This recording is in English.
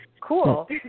cool